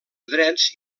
drets